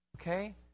Okay